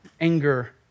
anger